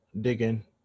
digging